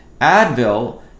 Advil